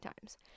times